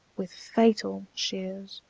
with fatal shears,